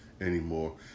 anymore